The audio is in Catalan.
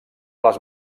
les